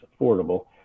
affordable